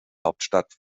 hauptstadt